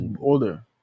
older